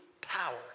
power